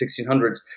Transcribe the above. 1600s